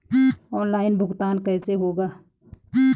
Online भुगतान कैसे होगा?